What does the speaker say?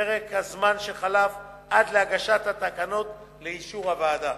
פרק הזמן שחלף עד להגשת התקנות לאישור הוועדה.